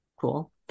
cool